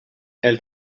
elle